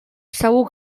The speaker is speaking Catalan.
segur